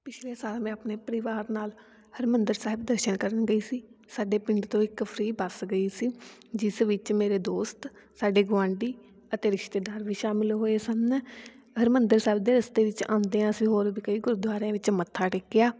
ਪਿਛਲੇ ਸਾਲ ਮੈਂ ਆਪਣੇ ਪਰਿਵਾਰ ਨਾਲ ਹਰਿਮੰਦਰ ਸਾਹਿਬ ਦਰਸ਼ਨ ਕਰਨ ਗਈ ਸੀ ਸਾਡੇ ਪਿੰਡ ਤੋਂ ਇੱਕ ਫਰੀ ਬੱਸ ਗਈ ਸੀ ਜਿਸ ਵਿੱਚ ਮੇਰੇ ਦੋਸਤ ਸਾਡੇ ਗੁਆਂਢੀ ਅਤੇ ਰਿਸ਼ਤੇਦਾਰ ਵੀ ਸ਼ਾਮਿਲ ਹੋਏ ਸਨ ਹਰਿਮੰਦਰ ਸਾਹਿਬ ਦੇ ਰਸਤੇ ਵਿੱਚ ਆਉਂਦਿਆਂ ਅਸੀਂ ਹੋਰ ਵੀ ਕਈ ਗੁਰਦੁਆਰਿਆਂ ਵਿੱਚ ਮੱਥਾ ਟੇਕਿਆ